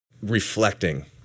reflecting